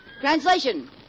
Translation